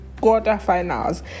quarterfinals